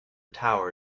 tower